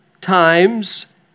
times